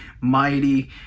mighty